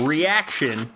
Reaction